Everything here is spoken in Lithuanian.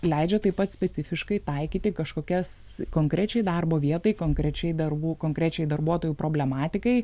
leidžia taip pat specifiškai taikyti kažkokias konkrečiai darbo vietai konkrečiai darbų konkrečiai darbuotojų problematikai